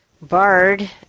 Bard